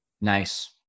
nice